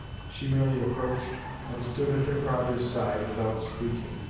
she merely approached and stood at her father's side without speaking,